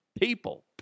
People